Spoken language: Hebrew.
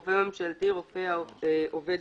"רופא ממשלתי" רופא העובד